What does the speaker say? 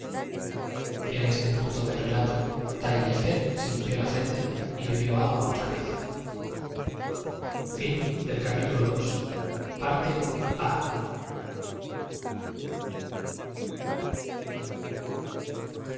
en este punto del relato tajllefer se limpió la frente y bebió agua fortunas dijo próspero al otra vez